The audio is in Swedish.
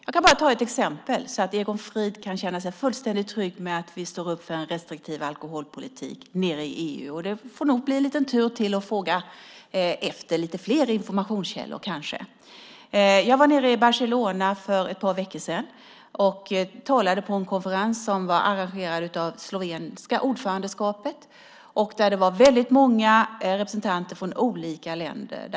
Jag kan ta ett exempel, så att Egon Frid kan känna sig fullständigt trygg med att vi står upp för en restriktiv alkoholpolitik nere i EU. Det får nog bli en liten tur för att fråga efter lite fler informationskällor. Jag var nere i Barcelona för ett par veckor sedan och talade på en konferens arrangerad av det slovenska ordförandeskapet där det var väldigt många representanter från olika länder.